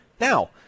Now